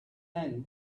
end